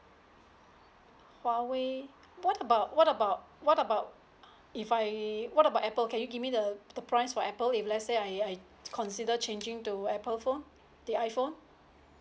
huawei what about what about what about if I what about Apple can you give me the the price for Apple if let's say I I consider changing to Apple phone the iphone